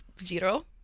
zero